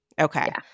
okay